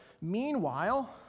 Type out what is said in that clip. meanwhile